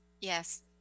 Yes